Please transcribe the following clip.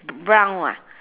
brown ah